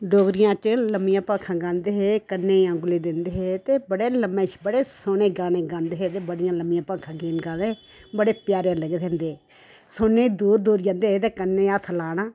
डोगरियां च ल'म्मियां भाखां गांदे हे कन्नै ई औंगली दिंदे हे ते बड़े ल'म्मे ते बड़े सोह्ने गाने गांदे हे ते बड़ियां ल'म्मियां भाखां गीत गांदे हे ते बड़े प्यारे लगदे होंदे हे सुनने ई दूर दूर जन्दे हे ते क'न्ने ई हत्थ लाना